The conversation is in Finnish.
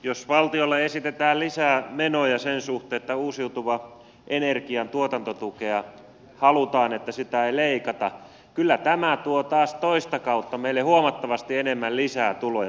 jos valtiolle esitetään lisää menoja sen suhteen että halutaan että uusiutuvan energian tuotantotukea ei leikata kyllä tämä tuo taas toista kautta meille huomattavasti enemmän lisää tuloja